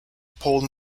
paul